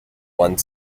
one